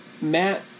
Matt